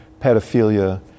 pedophilia